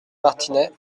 martinets